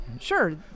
Sure